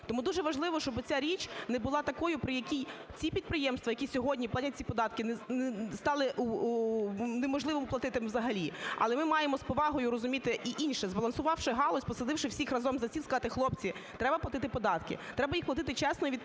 Тому дуже важливо, щоби ця річ не була такою, при якій ці підприємства, які сьогодні платять ці податки, стали неможливо їм платити взагалі. Але ми маємо з повагою розуміти і інше. Збалансувавши галузь, посадивши всіх разом за стіл, сказати: хлопці, треба платити податки, треба їх платити чесно і відповідально